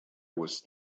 was